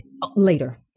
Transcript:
later